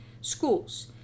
schools